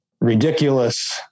ridiculous